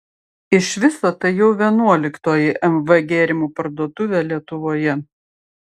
iš viso tai jau vienuoliktoji mv gėrimų parduotuvė lietuvoje